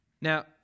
Now